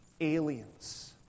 aliens